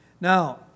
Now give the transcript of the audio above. Now